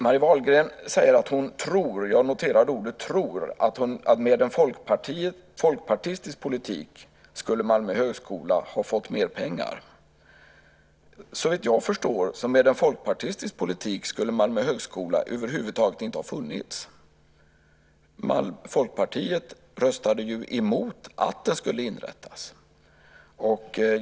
Marie Wahlgren säger att hon tror - jag noterade ordet "tror" - att Malmö högskola med en folkpartistisk politik skulle ha fått mer pengar. Såvitt jag förstår hade Malmö högskola med en folkpartistisk politik över huvud taget inte funnits. Folkpartiet röstade ju emot att den skulle inrättas.